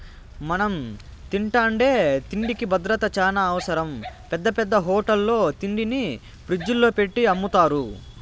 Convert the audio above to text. మనం తింటాండే తిండికి భద్రత చానా అవసరం, పెద్ద పెద్ద హోటళ్ళల్లో తిండిని ఫ్రిజ్జుల్లో పెట్టి అమ్ముతారు